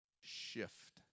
shift